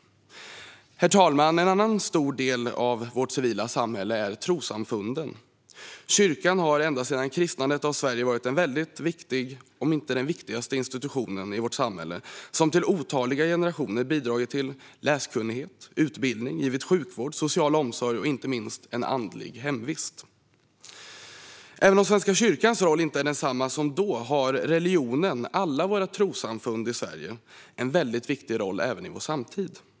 Herr talman! En annan stor del av vårt civilsamhälle utgörs av trossamfunden. Kyrkan har ända sedan kristnandet av Sverige varit en väldigt viktig institution, om inte den viktigaste, i vårt samhälle. Till otaliga generationer har den bidragit till läskunnighet och utbildning, och den har givit sjukvård, social omsorg och inte minst en andlig hemvist. Även om Svenska kyrkans roll inte är densamma som då har religionen och alla våra trossamfund i Sverige en väldigt viktig roll även i vår samtid.